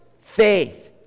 faith